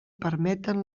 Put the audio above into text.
permeten